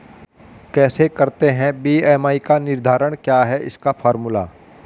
कैसे करते हैं बी.एम.आई का निर्धारण क्या है इसका फॉर्मूला?